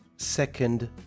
second